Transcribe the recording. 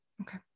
okay